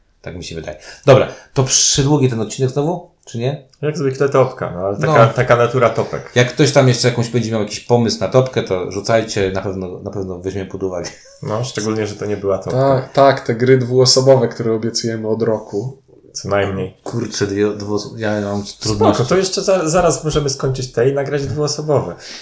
Tak mi się wydaje. Dobra, to przydługi ten odcinek znowu, czy nie? Jak zwykle topka, no, ale taka- No. taka natura topek. Jak ktoś tam jeszcze jakąś będzie miał jakiś pomysł na topkę, to rzucajcie, na pewno- na pewno weźmiemy pod uwagę. No, szczególnie, że to nie była topka. Tak, tak, te gry dwuosobowe, które obiecujemy od roku. Co najmniej. Kurczę, dwie- dwuos- ja mam Spoko, trudności. to jeszcze za- zaraz możemy skończyć te i nagrać dwuosobowe.